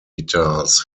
guitars